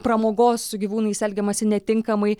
pramogos su gyvūnais elgiamasi netinkamai